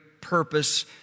purpose